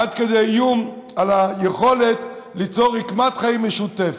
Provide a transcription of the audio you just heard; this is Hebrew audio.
עד כדי איום על היכולת ליצור רקמת חיים משותפת.